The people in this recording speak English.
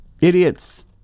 idiots